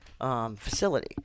facility